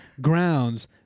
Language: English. grounds